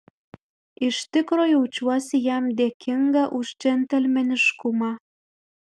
iš tikro jaučiuosi jam dėkinga už džentelmeniškumą